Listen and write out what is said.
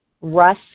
Russ